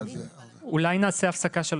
אולי נעשה הפסקה של